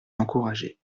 encouragée